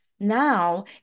Now